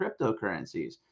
cryptocurrencies